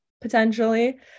potentially